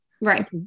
right